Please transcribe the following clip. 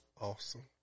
Awesome